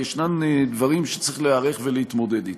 ויש דברים שצריך להיערך ולהתמודד אתם.